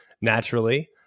naturally